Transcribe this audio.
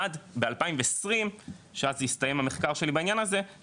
עד 2020 שאז הסתיים המחקר שלי בעניין הזה,